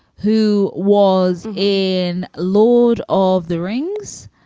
who was in lord of the rings.